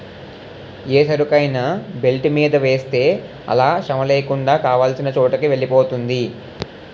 ఏ సరుకైనా బెల్ట్ మీద వేస్తే అలా శ్రమలేకుండా కావాల్సిన చోటుకి వెలిపోతుంది